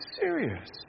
serious